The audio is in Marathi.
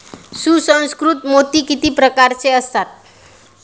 सुसंस्कृत मोती किती प्रकारचे असतात?